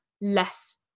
less